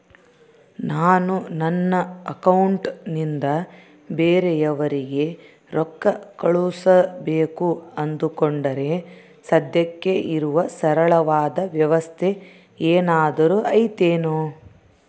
ನಾನು ನನ್ನ ಅಕೌಂಟನಿಂದ ಬೇರೆಯವರಿಗೆ ರೊಕ್ಕ ಕಳುಸಬೇಕು ಅಂದುಕೊಂಡರೆ ಸದ್ಯಕ್ಕೆ ಇರುವ ಸರಳವಾದ ವ್ಯವಸ್ಥೆ ಏನಾದರೂ ಐತೇನು?